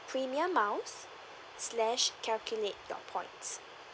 premium miles slash calculate your points